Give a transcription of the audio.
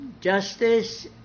justice